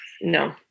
No